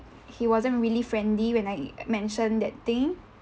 he wasn't really friendly when I mentioned that thing